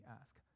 ask